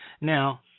Now